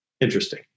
interesting